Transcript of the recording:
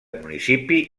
municipi